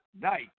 night